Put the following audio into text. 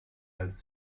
als